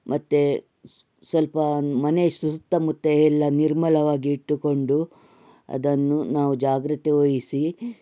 ಮತ್ತು ಸ್ವಲ್ಪ ಮನೆಯ ಸುತ್ತಮುತ್ತ ಎಲ್ಲ ನಿರ್ಮಲವಾಗಿಟ್ಟುಕೊಂಡು ಅದನ್ನು ನಾವು ಜಾಗೃತೆ ವಹಿಸಿ